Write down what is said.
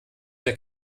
der